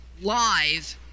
live